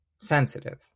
sensitive